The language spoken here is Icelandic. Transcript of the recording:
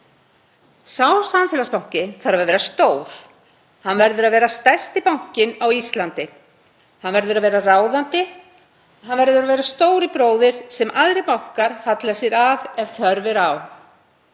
Sá samfélagsbanki þarf að vera stór. Hann verður að vera stærsti bankinn á Íslandi. Hann verður að vera ráðandi. Hann verður að vera stóri bróðir sem aðrir bankar halla sér að ef þörf er á.